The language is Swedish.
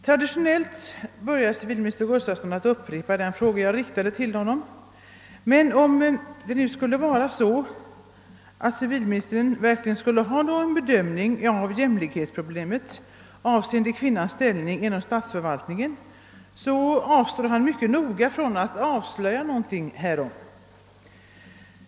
Traditionellt börjar civilministern Gustafsson med att upprepa den fråga jag riktat till honom, men om civilministern nu verkligen skulle ha någon hedömning av jämlikhetsproblemet avseende kvinnornas ställning inom statsförvaltningen, avstår han mycket noga från att avslöja någonting härom.